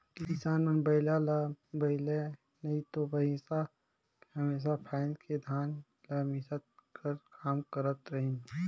किसान मन बेलना ल बइला नी तो भइसा मे हमेसा फाएद के धान ल मिसे कर काम करत रहिन